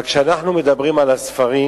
אבל כשאנחנו מדברים על הספרים,